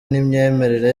n’imyemerere